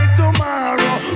tomorrow